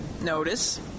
notice